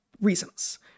reasons